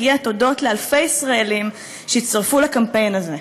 הגיע תודות לאלפי ישראלים שהצטרפו לקמפיין הזה.